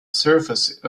surface